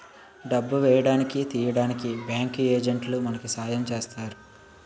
డబ్బు వేయడానికి తీయడానికి బ్యాంకు ఏజెంట్లే మనకి సాయం చేస్తారు